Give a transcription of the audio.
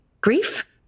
grief